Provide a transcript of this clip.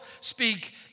speak